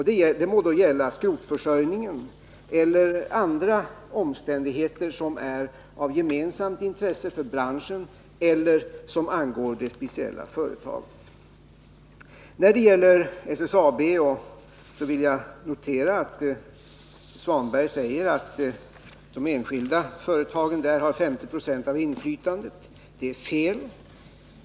Det må då gälla skrotfö örjningen eller andra omständigheter som är av gemensamt intresse för branschen eller som angår det speciella företaget. Jag vill notera att Ingvar Svanberg säger att de enskilda företagen inom SSAB har 50 46 av inflytandet. Det är fel.